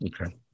Okay